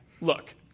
look